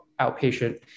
outpatient